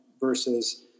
versus